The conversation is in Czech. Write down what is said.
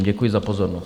Děkuji za pozornost.